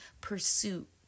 pursuit